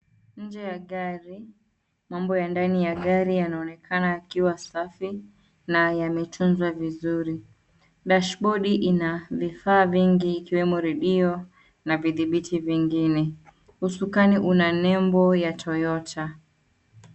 Nje ya gari, maumbo ya ndani ya gari yanaonekana yakiwa safi, na yametunzwa vizuri, dashbodi ina vifaa vingi ikiwemo redio na vidhibiti vingine. Usukani una label ya Toyota.